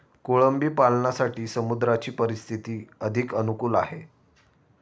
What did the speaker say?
कोळंबी पालनासाठी समुद्राची परिस्थिती अधिक अनुकूल आहे